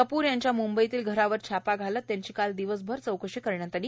कप्र यांच्या मूंबईतल्या घरावर छापा घालत त्यांची काल दिवसभर चौकशी करण्यात आली